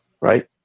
right